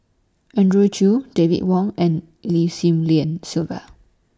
Andrew Chew David Wong and Lim Swee Lian Sylvia